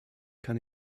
kann